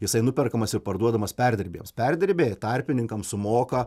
jisai nuperkamas ir parduodamas perdirbėjams perdirbėjai tarpininkams sumoka